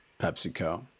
PepsiCo